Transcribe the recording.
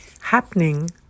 happening